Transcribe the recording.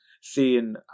seeing